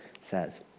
says